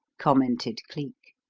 commented cleek.